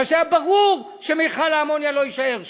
כי היה ברור שמכל האמוניה לא יישאר שם,